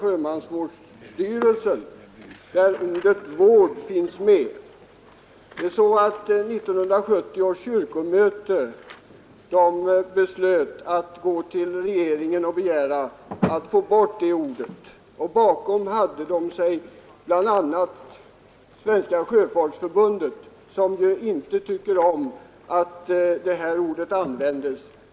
Där finns ordet ”vård” med. 1970 års kyrkomöte beslöt att hos regeringen begära att få ta bort det ordet. Bakom sig hade kyrkomötet bl.a. Svenska sjöfolksförbundet, som inte tycker om att detta ord används.